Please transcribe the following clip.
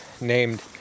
named